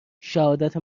شهادت